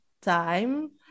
time